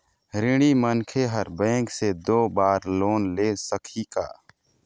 ऋणी मनखे हर बैंक से दो बार लोन ले सकही का?